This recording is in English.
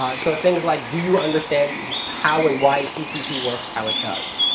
so things like do you understand how and why tcp works how it does?